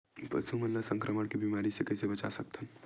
पशु मन ला संक्रमण के बीमारी से कइसे बचा सकथन?